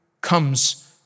comes